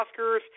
Oscars